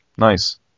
Nice